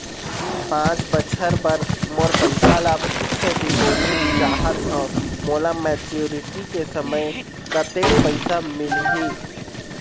पांच बछर बर मोर पैसा ला फिक्स डिपोजिट चाहत हंव, मोला मैच्योरिटी के समय कतेक पैसा मिल ही?